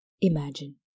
imagine